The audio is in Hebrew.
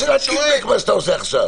זאת שאלת קיטבג מה שאתה עושה עכשיו.